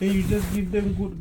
then you just give them good